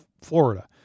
Florida